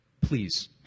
Please